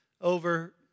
over